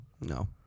No